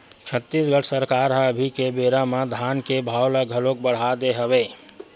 छत्तीसगढ़ सरकार ह अभी के बेरा म धान के भाव ल घलोक बड़हा दे हवय